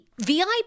VIP